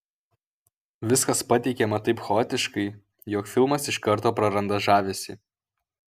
viskas pateikiama taip chaotiškai jog filmas iš karto praranda žavesį